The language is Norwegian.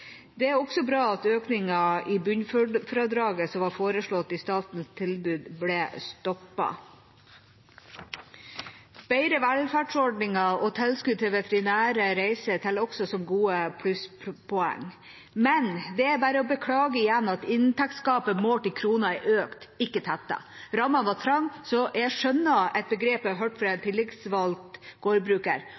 Det er også bra at økningen i bunnfradraget som var foreslått i statens tilbud, ble stoppet. Bedre velferdsordninger og tilskudd til veterinære reiser teller også som gode plusspoeng. Men det er bare å beklage igjen at inntektsgapet målt i kroner er økt, ikke tettet. Rammene var trange, så jeg skjønner et begrep jeg hørte fra en tillitsvalgt gårdbruker: